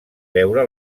veure